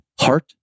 heart